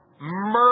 murder